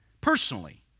personally